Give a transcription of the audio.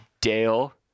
Dale